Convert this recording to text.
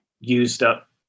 used-up